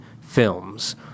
films